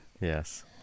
Yes